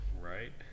Right